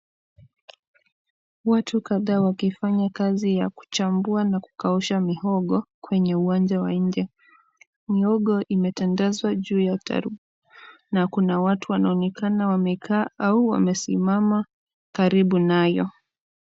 Watu kadhaa wakifanya kazi ya kuchambua na kukausha mihogo kwenye uwanja wa nje. Mihogo imetandazwa juu ya taru, na kuna watu wanaonekana wamekaa au wamesimama karibu nayo.